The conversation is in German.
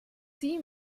sie